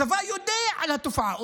הצבא יודע על התופעה.